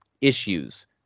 issues